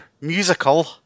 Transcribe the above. musical